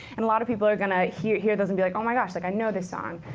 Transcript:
and a lot of people are going to hear hear those, and be like, oh my gosh, like i know this song.